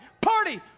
party